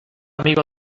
amigo